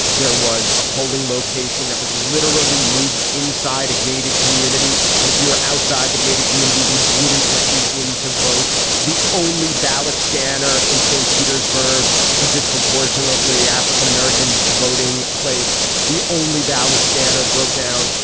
there was a polling location that was literally moved inside a gated community. and if you were outside the gated community they wouldn't let you in to vote the only ballot scanner in st. petersburg a disproportionately african-american voting place the only ballot scanner broke down.